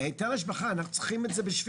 היטל ההשבחה, אנחנו צריכים את זה.